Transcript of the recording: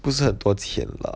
不是很多钱 lah